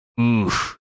Oof